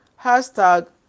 Hashtag